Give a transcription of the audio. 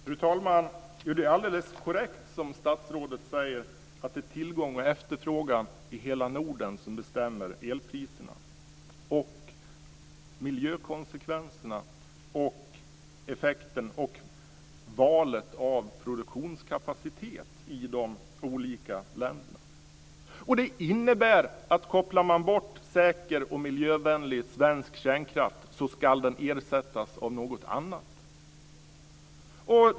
Fru talman! Det är alldeles korrekt som statsrådet säger: Det är tillgång och efterfrågan i hela Norden som bestämmer elpriserna - och miljökonsekvenserna, effekten och valet av produktionskapacitet i de olika länderna. Det innebär att om man kopplar bort säker och miljövänlig svensk kärnkraft så ska den ersättas av något annat.